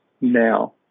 now